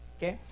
Okay